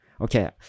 Okay